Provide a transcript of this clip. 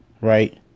right